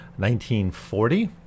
1940